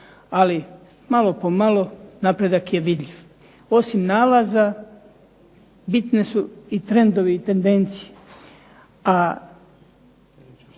Ali malo po malo napredak je vidljiv. Osim nalaza bitni su i trendovi i tendencije.